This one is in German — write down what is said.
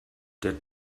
der